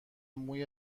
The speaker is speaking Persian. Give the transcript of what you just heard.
موی